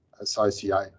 associate